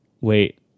wait